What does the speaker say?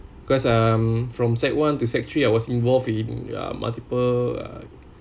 cause I'm from sec one to sec~ three I was involved in a multiple uh